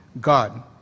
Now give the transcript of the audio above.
God